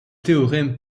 théorèmes